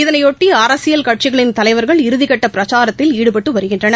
இதனையொட்டிஅரசியல் கட்சிகளின் தலைவர்கள் இறுதிக்கட்டபிரச்சாரத்தில் ஈடுபட்டுவருகின்றனர்